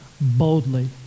boldly